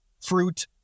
fruit